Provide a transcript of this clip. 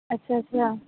ਅੱਛਾ ਅੱਛਾ